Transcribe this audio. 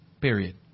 Period